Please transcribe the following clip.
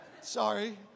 sorry